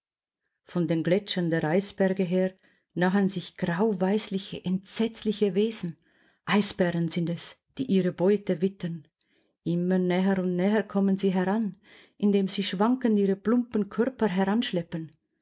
von den gletschern der eisberge her nahen sich grauweisliche entsetzliche wesen eisbären sind es die ihre beute wittern immer näher und näher kommen sie heran indem sie schwankend ihre plumpen körper